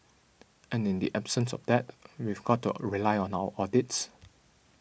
and in the absence of that we've got to rely on our audits